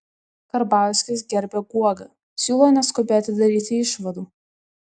karbauskis gerbia guogą siūlo neskubėti daryti išvadų